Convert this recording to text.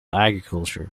agriculture